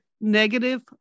negative